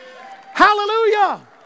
Hallelujah